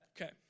Okay